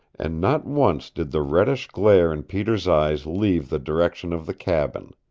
and not once did the reddish glare in peter's eyes leave the direction of the cabin.